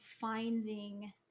finding